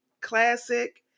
classic